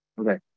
Okay